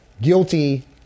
guilty